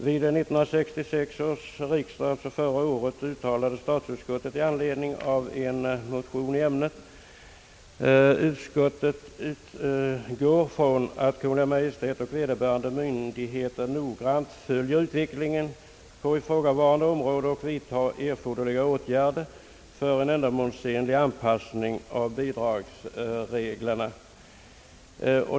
Vid 1966 års riksdag, alltså förra året, uttalade statsutskottet med anledning av en motion i ämnet, att »utskottet utgår från att Kungl. Maj:t och vederbörande myndigheter noggrant följer utvecklingen på ifrågavarande område och vidtar erforderliga åtgärder för en ändamålsenlig anpassning av bidragsreglerna».